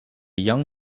young